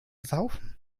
saufen